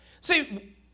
See